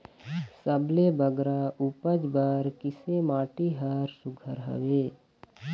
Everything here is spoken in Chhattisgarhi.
सबले बगरा उपज बर किसे माटी हर सुघ्घर हवे?